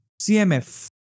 CMF